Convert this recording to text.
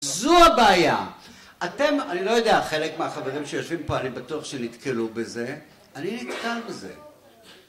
זו הבעיה, אתם, אני לא יודע, חלק מהחברים שיושבים פה, אני בטוח שנתקלו בזה, אני נתקל בזה.